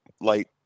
light